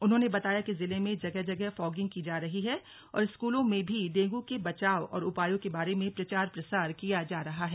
उन्होंने बताया कि जिले में जगह जगह फॉगिंग की जा रही है और स्कूलों में भी डेंगू के बचाव और उपायों के बारे में प्रचार प्रसार किया जा रहा है